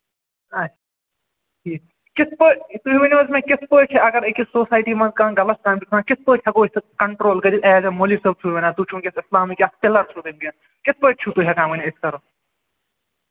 اَچھا ٹھیٖک کِتھ پٲٹھۍ تُہۍ ؤنِو حظ مےٚ کِتھ پٲٹھۍ چھِ اَگر أکِس سوسایٹی منٛز کانہہ غلط کٲم چھِ گژھان کِتھ پٲٹھۍ ہٮ۪کَو أسۍ تَتھ کَنٹرول کٔرِتھ ایز اےٚ مولوی صٲب چھُو وَنان تُہۍ چھِو وٕنکیٚس اسلامٕکۍ اکھ پِلَر چھِو تُہۍ وٕنکیٚنس کِتھ پٲٹھۍ چھِو تُہۍ ہٮ۪کان ؤنِتھ أسۍ کرو